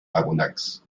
aronnax